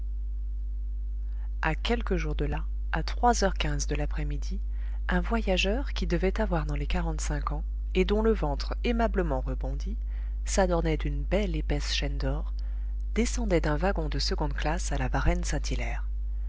a quelques jours de là à trois heures quinze de l'après-midi un voyageur qui devait avoir dans les quarante-cinq ans et dont le ventre aimablement rebondi s'adornait d'une belle épaisse chaîne d'or descendait d'un wagon de seconde classe à la